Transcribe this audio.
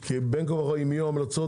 אם יהיו המלצות,